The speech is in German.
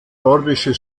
nordische